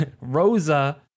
Rosa